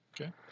Okay